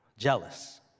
Jealous